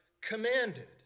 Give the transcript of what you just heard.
commanded